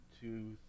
two